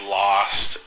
lost